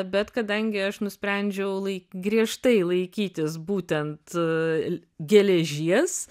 bet kadangi aš nusprendžiau lai griežtai laikytis būtent geležies